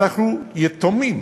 ואנחנו יתומים